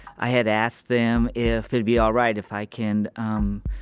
i had asked them if it'd be all right if i can, um,